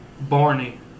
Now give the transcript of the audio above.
Barney